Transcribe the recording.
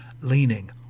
leaning